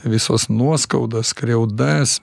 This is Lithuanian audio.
visos nuoskaudas skriaudas